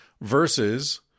versus